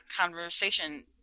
conversation